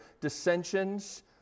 dissensions